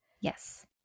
Yes